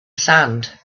sand